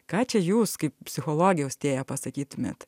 ką čia jūs kaip psichologė austėja pasakytumėt